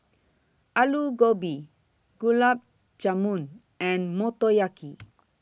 Alu Gobi Gulab Jamun and Motoyaki